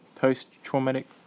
post-traumatic